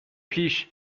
پیش